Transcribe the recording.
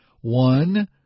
One